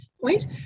point